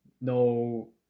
no